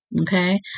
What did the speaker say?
okay